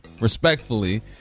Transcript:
respectfully